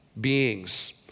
beings